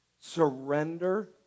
Surrender